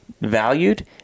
valued